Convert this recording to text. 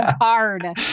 hard